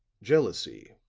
jealousy,